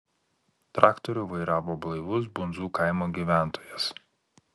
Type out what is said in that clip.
traktorių vairavo blaivus bundzų kaimo gyventojas